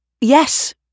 Yes